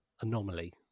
anomaly